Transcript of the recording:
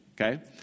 okay